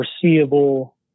foreseeable